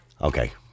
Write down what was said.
Okay